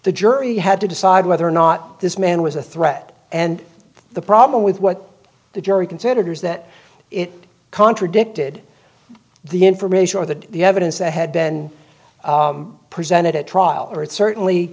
the jury had to decide whether or not this man was a threat and the problem with what the jury considers that it contradicted the information or the the evidence that had been presented at trial or it certainly